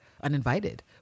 uninvited